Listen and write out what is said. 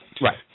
Right